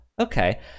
okay